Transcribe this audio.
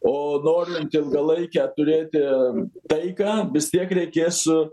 o norint ilgalaikę turėti taiką vis tiek reikės su